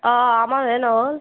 অ অ আমাৰহে নহ'ল